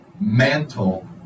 mantle